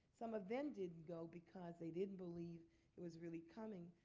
some of them did go because they didn't believe it was really coming.